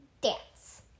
Dance